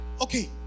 Okay